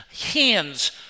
hands